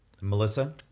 Melissa